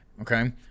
Okay